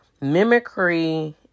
mimicry